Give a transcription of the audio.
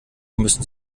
müssen